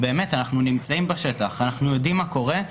אנחנו נמצאים בשטח, יודעים מה קורה.